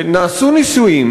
שנעשו ניסויים